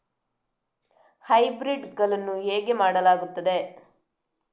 Hybrid ಗಳನ್ನು ಹೇಗೆ ಮಾಡಲಾಗುತ್ತದೆ?